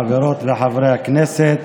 חברות וחברי הכנסת,